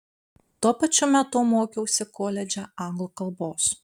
tuo pačiu metu mokiausi koledže anglų kalbos